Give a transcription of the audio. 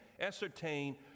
ascertain